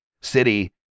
city